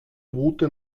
route